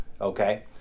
okay